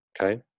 Okay